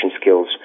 skills